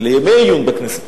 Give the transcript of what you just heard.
לימי עיון בכנסת.